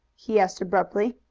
he asked abruptly.